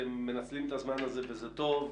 אתם מנצלים את הזמן הזה וזה טוב,